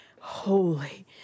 holy